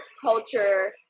culture